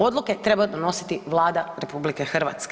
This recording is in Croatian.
Odluke treba donositi Vlada RH.